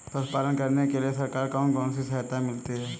पशु पालन करने के लिए सरकार से कौन कौन सी सहायता मिलती है